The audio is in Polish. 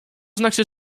znaczy